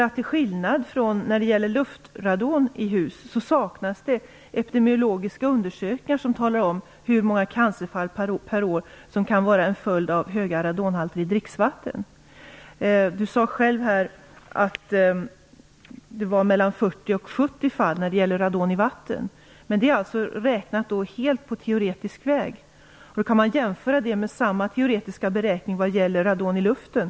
Till skillnad från luftradon i hus saknas det epidemiologiska undersökningar som talar om hur många cancerfall per år som kan vara en följd av höga radonhalter i dricksvatten. Sven Bergström sade själv att det var mellan 40 och 70 fall när det gäller radon i vatten. Men det är alltså uträknat helt och hållet på teoretisk väg. Man kan jämföra det med antalet fall enligt samma teoretiska beräkning vad gäller radon i luften.